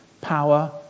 power